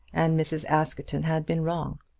and mrs. askerton had been wrong.